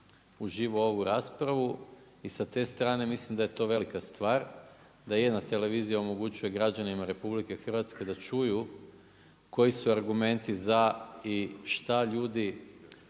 uživo ovu raspravu i sa te strane mislim da je to velika stvar, da jedna televizija omogućuje građanima RH da čuju koji su argumenti za i šta ljudi